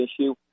issue